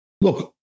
Look